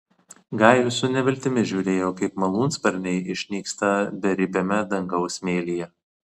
gajus su neviltimi žiūrėjo kaip malūnsparniai išnyksta beribiame dangaus mėlyje